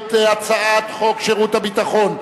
את הצעת חוק שירות ביטחון (תיקון,